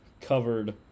covered